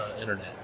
internet